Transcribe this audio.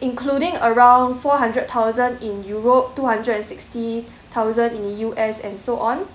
including around four hundred thousand in europe two hundred and sixty thousand in the U_S. and so on